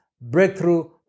breakthrough